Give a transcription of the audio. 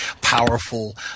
powerful